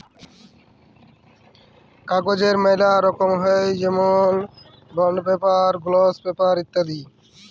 কাগজের ম্যালা রকম হ্যয় যেমল বন্ড পেপার, গ্লস পেপার ইত্যাদি